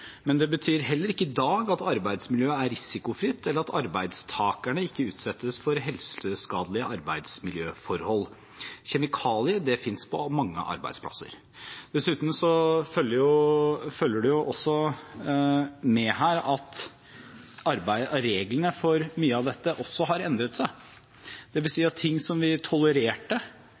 men det betyr heller ikke i dag at arbeidsmiljøet er risikofritt, eller at arbeidstakerne ikke utsettes for helseskadelige arbeidsmiljøforhold. Kjemikalier finnes på mange arbeidsplasser. Dessuten følger det også med her at reglene for mye av dette har endret seg. Det vil si at ting vi tolererte,